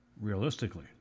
realistically